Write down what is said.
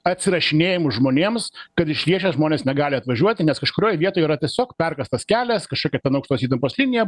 atsirašinėjimu žmonėms kad iš riešės žmonės negali atvažiuoti nes kažkurioj vietoj yra tiesiog perkastas kelias kažkokia ten aukštos įtampos linija